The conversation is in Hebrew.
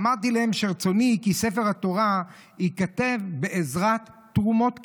'אמרתי להם שרצוני כי ספר התורה ייכתב בעזרת תרומות קטנות',"